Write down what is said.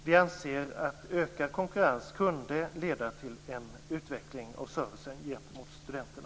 Vi anser att ökad konkurrens kunde leda till en utveckling av servicen gentemot studenterna.